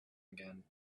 again